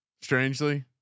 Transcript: Strangely